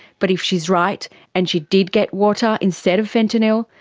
but if she's right and she did get water instead of fentanyl,